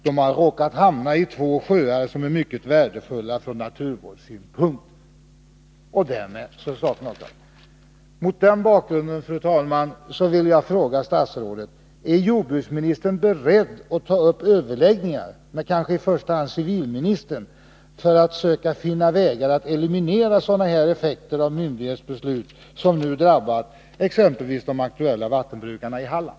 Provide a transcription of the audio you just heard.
”De har råkat hamna i en av två sjöar som är mycket värdefulla från naturvårdssynpunkt.” Därmed tar man bort tillståndet. Mot den bakgrunden, fru talman, vill jag fråga statsrådet: Är jordbruksministern beredd att ta upp överläggningar med kanske i första hand civilministern för att söka finna vägar att eliminera sådana här effekter av myndighetsbeslut för enskilda personer, exempelvis de aktuella vattenbrukarna i Halland?